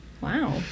Wow